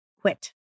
quit